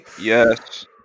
Yes